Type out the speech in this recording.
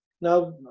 Now